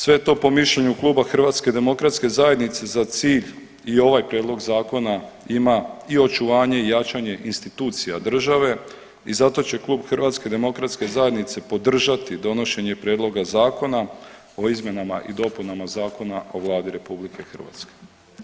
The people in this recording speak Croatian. Sve to po mišljenju HDZ za cilj i ovaj prijedlog zakona ima i očuvanje i jačanje institucija države i zato će Klub HDZ-a podržati donošenje Prijedloga Zakona o izmjenama i dopunama Zakon o Vladi RH.